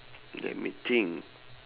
let me think